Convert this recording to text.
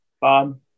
Bob